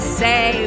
say